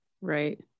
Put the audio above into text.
right